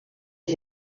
les